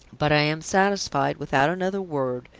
but i am satisfied, without another word,